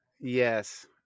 Yes